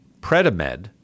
PREDIMED